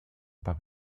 pas